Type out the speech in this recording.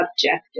objective